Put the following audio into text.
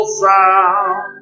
sound